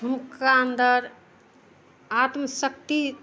हुनका अन्दर आत्मशक्ति